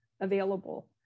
available